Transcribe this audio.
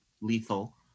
lethal